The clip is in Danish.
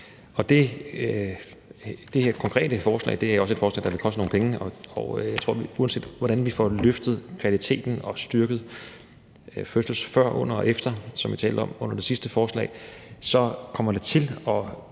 af. Det her konkrete forslag er også et forslag, der vil koste nogle penge, og uanset hvordan vi får løftet kvaliteten og styrket fødselsområdet – før og under og efter fødslen – som vi talte om under det sidste forslag, så tror jeg, det